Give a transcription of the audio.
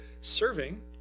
serving